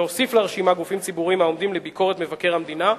להוסיף לרשימה גופים ציבוריים העומדים לביקורת מבקר המדינה,